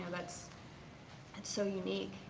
that's so unique.